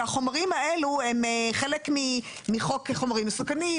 שהחומרים האלו הם חלק מחוק חומרים מסוכנים,